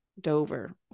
dover